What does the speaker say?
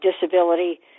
disability